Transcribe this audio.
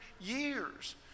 years